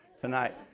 tonight